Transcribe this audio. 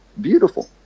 beautiful